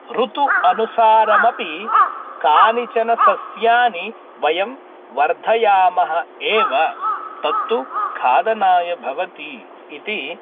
ऋतोः अनुसारमपि कानिचन सस्यानि वयं वर्धयामः एव तत्तु खादनाय भवति इति